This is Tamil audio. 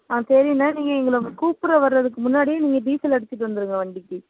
ஆ சரிண்ண நீங்கள் எங்களை கூப்பிட வரதுக்கு முன்னாடியே நீங்கள் டீசல் அடித்துட்டு வந்துருங்கள் வண்டிக்கு